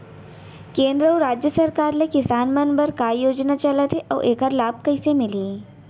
केंद्र अऊ राज्य सरकार ले किसान मन बर का का योजना चलत हे अऊ एखर लाभ कइसे मिलही?